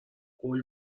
قول